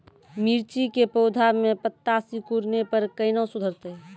मिर्ची के पौघा मे पत्ता सिकुड़ने पर कैना सुधरतै?